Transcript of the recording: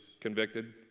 convicted